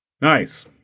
Nice